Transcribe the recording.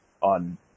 on